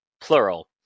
plural